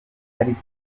ariko